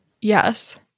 Yes